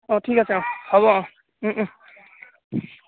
অঁ ঠিক আছে অঁ হ'ব অঁ